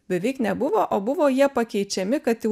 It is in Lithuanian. beveik nebuvo o buvo jie pakeičiami kad jau